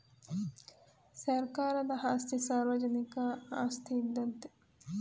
ಸರ್ಕಾರದ ಆಸ್ತಿ ಸಾರ್ವಜನಿಕ ಆಸ್ತಿ ಇದ್ದಂತೆ